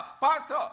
pastor